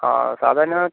ആ സാധാരണ